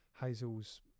Hazel's